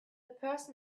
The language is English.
person